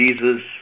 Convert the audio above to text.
Jesus